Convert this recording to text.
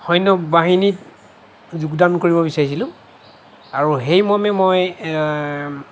সৈন্য বাহিনীত যোগদান কৰিব বিচাৰিছিলোঁ আৰু সেই মৰ্মে মই